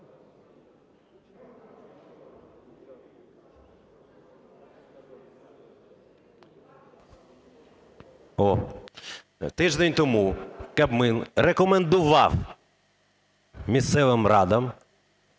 Тиждень тому Кабмін рекомендував місцевим радам